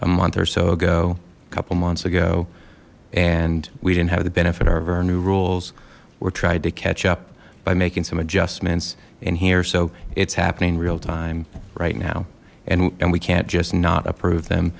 a month or so ago a couple months ago and we didn't have the benefit of our new rules or tried to catch up by making some adjustments in here so it's happening in real time right now and and we can't just not approve them